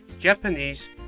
Japanese